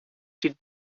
she